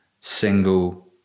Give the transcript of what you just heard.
single